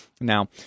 Now